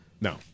No